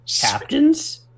captains